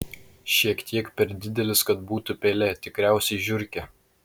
šiek tiek per didelis kad būtų pelė tikriausiai žiurkė